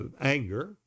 anger